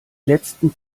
letzten